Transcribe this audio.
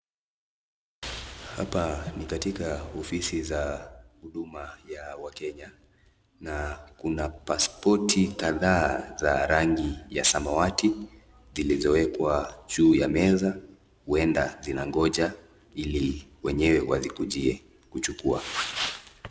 Hapa ni katika ofisi za huduma ya Wakenya na kuna paspoti kadhaa za rangi ya samawati zilizowekwa juu ya meza, huenda zinangoja ili wenyewe wazikujie kuchukua.